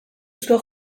eusko